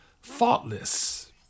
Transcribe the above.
faultless